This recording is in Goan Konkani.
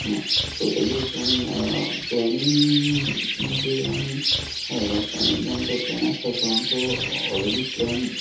मा सो तेजे उपरांत प्लॅनिंग म्हणजे आमी हय वर्सान एकदां आमचो प्लॅन आसता सो आमचो ऑलरेडी प्लॅन